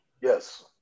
Yes